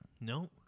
No